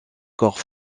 corps